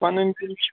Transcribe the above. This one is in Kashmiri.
پَنٕنۍ کِنۍ چھِ